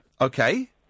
Okay